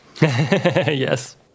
Yes